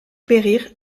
périr